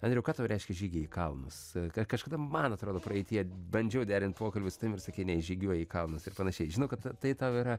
andriau ką tau reiškia žygiai į kalnus kažkada man atrodo praeityje bandžiau derint pokalbį su tavim ir sakei ne žygiuoji į kalnus ir panašiai žinau kad tai tau yra